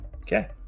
Okay